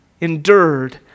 endured